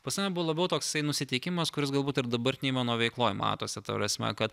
pas mane buvo labiau toksai nusiteikimas kuris galbūt ir dabartinėj mano veikloj matosi ta prasme kad